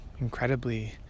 incredibly